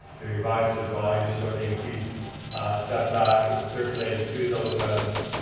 they revised the drawing to show the increased setback. it was circulated to those residents,